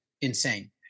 insane